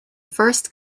first